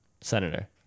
senator